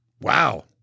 Wow